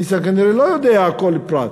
ניסן כנראה לא יודע על כל פרט.